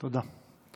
תודה.